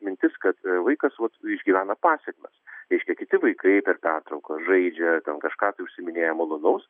mintis kad vaikas išgyvena pasėkmes reiškia kiti vaikai per pertraukas žaidžia ten kažką užsiiminėja malonaus